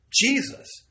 Jesus